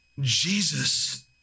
Jesus